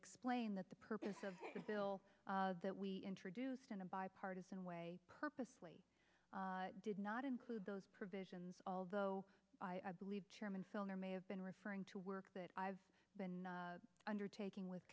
explain that the purpose of your bill that we introduced in a bipartisan way purposely did not include those provisions although i believe chairman filner may have been referring to work that i've been undertaking with